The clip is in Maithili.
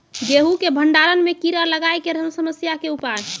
गेहूँ के भंडारण मे कीड़ा लागय के समस्या के उपाय?